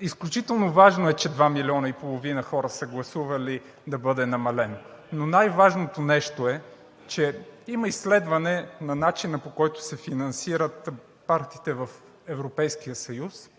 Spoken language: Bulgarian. Изключително важно е, че два милиона и половина хора са гласували да бъде намалена, но най-важното нещо е, че има изследване на начина, по който се финансират партиите в Европейския съюз